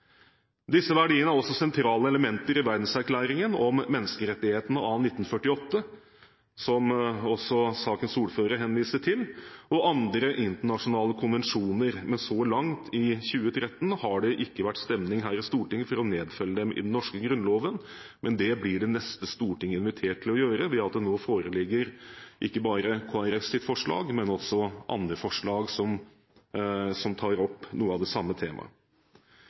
Disse verdiene er også sentrale elementer i Verdenserklæringen om menneskerettighetene av 1948, som også sakens ordfører henviser til, og andre internasjonale konvensjoner. Så langt – i 2013 – har det ikke vært stemning her i Stortinget for å nedfelle dem i den norske grunnloven, men det blir det neste storting invitert til å gjøre ved at det nå foreligger forslag, ikke bare Kristelig Folkepartis forslag, men også andre forslag, som tar opp noe av det samme temaet.